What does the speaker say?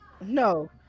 No